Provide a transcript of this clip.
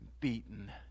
beaten